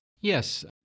Yes